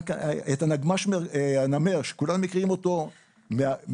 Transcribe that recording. את נגמ"ש הנמר שכולם מכירים אותו מהטראומות